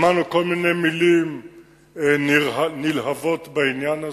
שמענו כל מיני מלים נלהבות בעניין הזה,